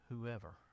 whoever